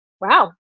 wow